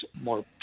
more